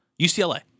UCLA